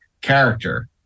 character